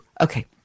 Okay